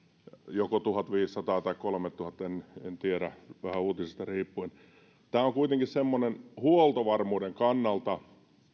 joko tuhatviisisataa tai kolmetuhatta en tiedä vähän uutisista riippuen tämä on kuitenkin semmoinen huoltovarmuuden kannalta